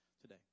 today